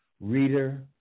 reader